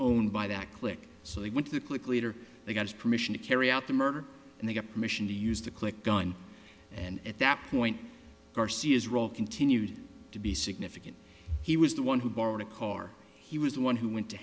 owned by that click so they went to the click leader they got permission to carry out the murder and they got permission to use the click gun and at that point garcia's role continued to be significant he was the one who borrowed a car he was the one who went to